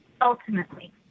ultimately